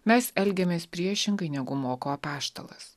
mes elgiamės priešingai negu moko apaštalas